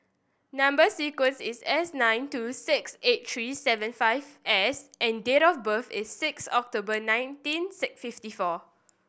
number sequence is S nine two six eight three seven five S and date of birth is six October nineteen fifty four